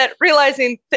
realizing